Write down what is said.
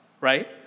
right